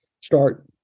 Start